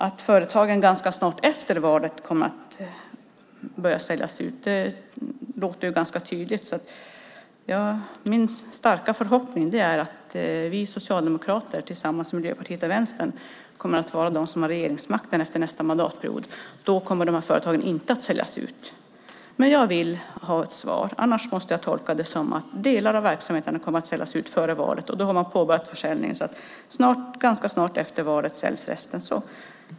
Att företagen ganska snart efter valet kommer att börja säljas ut låter ganska tydligt. Min starka förhoppning är att vi socialdemokrater tillsammans med Miljöpartiet och Vänstern kommer att vara de som har regeringsmakten efter nästa val. Då kommer de här företagen inte att säljas ut. Jag vill ha svar. Annars måste jag tolka det som att delar av verksamheterna kommer att säljas ut före valet. Då har man påbörjat försäljningen och ganska snart efter valet säljs resten.